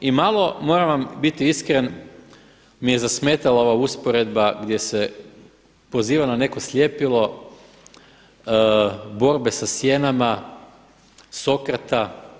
I malo, moram vam biti iskren, mi je zasmetala ova usporedba gdje se poziva na neko sljepilo borbe sa sjenama Sokrata.